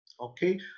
Okay